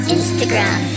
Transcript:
Instagram